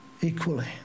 equally